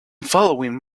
following